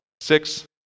six